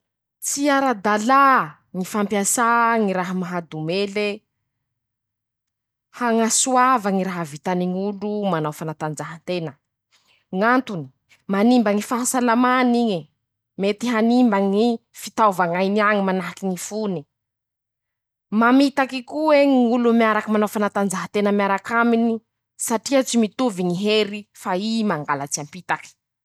Tsy ara-dalà ñy fampiasà ñy raha mahadomele, hañasoava ñy raha vitany ñ'olo manao fanatanjaha-tena, Ñ'antony: -Manimba ñy fahasalaman'iñe, mety hanimba fitaova añainy añy manahaky ñy fone, mamitaky ko'ei aminy ñ'olo miaraka manao fanatanjaha-tena miarak'amine, satria tsy mitovy ñy hery fa ii mangalats'ampitaky.